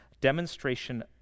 demonstration